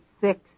six